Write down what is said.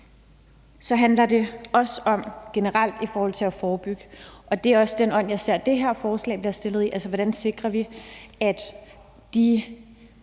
Så handler det også om generelt at forebygge – og det er også den ånd, jeg ser det her forslag er blevet fremsat i – altså hvordan vi sikrer, at de